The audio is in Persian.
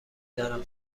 دانم